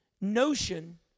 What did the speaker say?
notion